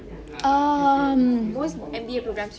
um